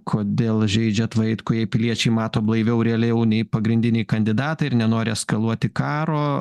kodėl žeidžiat vaitkų jei piliečiai mato blaiviau realiau nei pagrindiniai kandidatai ir nenori eskaluoti karo